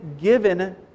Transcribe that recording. given